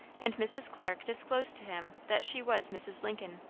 and mrs. clarke disclosed to him that she was mrs. lincoln.